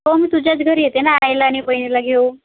हो मी तुझ्याच घरी येते ना आईला आणि बहिणीला घेऊ